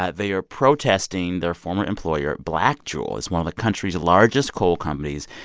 they are protesting their former employer, blackjewel it's one of the country's largest coal companies.